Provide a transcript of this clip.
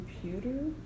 computer